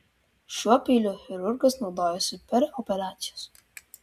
šiuo peiliu chirurgas naudojosi per operacijas